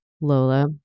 Lola